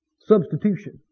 Substitution